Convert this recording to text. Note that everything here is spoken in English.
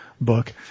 book